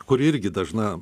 kuri irgi dažna